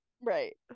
Right